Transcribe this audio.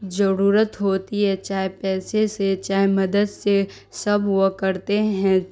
ضرورت ہوتی ہے چاہے پیسے سے چاہے مدد سے سب وہ کرتے ہیں